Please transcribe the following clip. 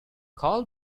call